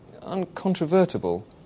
uncontrovertible